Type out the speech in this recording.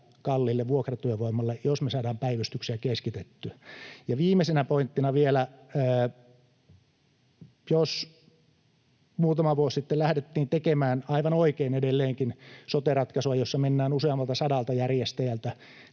kalliille vuokratyövoimalle, jos me saadaan päivystyksiä keskitettyä. Ja viimeisenä pointtina vielä: Muutama vuosi sitten lähdettiin tekemään — aivan oikein edelleenkin — sote-ratkaisua, jossa mennään useammasta sadasta järjestäjästä